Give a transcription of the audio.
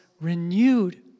renewed